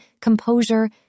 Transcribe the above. composure